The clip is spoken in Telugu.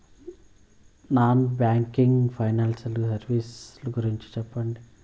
నాన్ బ్యాంకింగ్ ఫైనాన్సియల్ సర్వీసెస్ ల గురించి సెప్పండి?